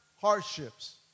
hardships